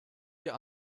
dir